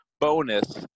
bonus